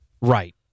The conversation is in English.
Right